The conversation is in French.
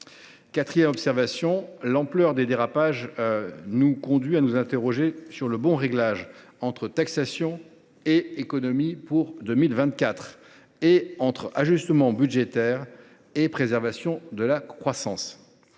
Quatrièmement, l’ampleur des dérapages nous conduit à nous interroger sur le bon réglage entre taxation et économies pour 2024, ainsi qu’entre ajustements budgétaires et préservation de la croissance.